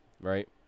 right